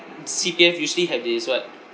C_P_F usually have this what